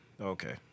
Okay